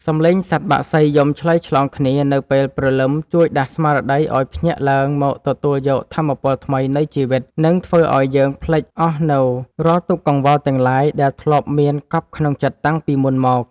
សំឡេងសត្វបក្សីយំឆ្លើយឆ្លងគ្នានៅពេលព្រលឹមជួយដាស់ស្មារតីឱ្យភ្ញាក់ឡើងមកទទួលយកថាមពលថ្មីនៃជីវិត និង ធ្វើឱ្យយើងភ្លេចអស់នូវរាល់ទុក្ខកង្វល់ទាំងឡាយដែលធ្លាប់មានកប់ក្នុងចិត្តតាំងពីមុនមក។